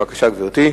בבקשה, גברתי.